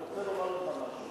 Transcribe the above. אני רוצה לומר לך משהו.